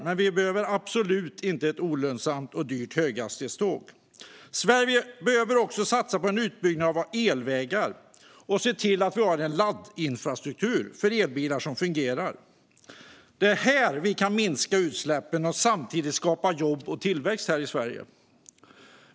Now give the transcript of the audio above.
Men vi behöver absolut inte ett olönsamt och dyrt höghastighetståg. Vi i Sverige behöver också satsa på en utbyggnad av våra elvägar och se till att vi har en laddinfrastruktur för elbilar som fungerar. Det är här vi kan minska utsläppen och samtidigt skapa jobb och tillväxt i Sverige.